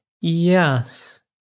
Yes